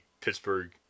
Pittsburgh